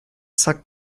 sagt